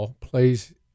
plays